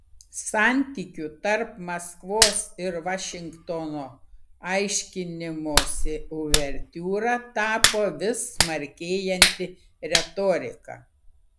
santykių tarp maskvos ir vašingtono aiškinimosi uvertiūra tapo vis smarkėjanti retorika